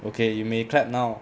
okay you may clap now